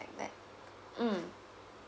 like that mm